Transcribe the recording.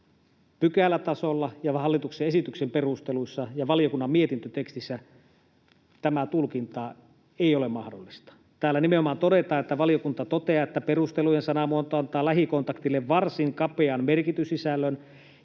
Pykälätasolla ja hallituksen esityksen perusteluissa ja valiokunnan mietintötekstissä tämä tulkinta ei ole mahdollinen. Täällä nimenomaan todetaan: ”Valiokunta toteaa, että perustelujen sanamuoto antaa lähikontaktille varsin kapean merkityssisällön